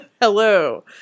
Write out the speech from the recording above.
Hello